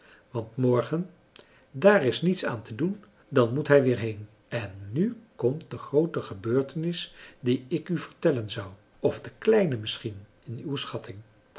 want morgen daar is niets aan te doen dan moet hij weer heen en nu komt de groote gebeurtenis die ik u vertellen zou of de kleine misschien in uwe schatting